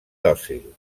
dòcil